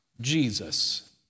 Jesus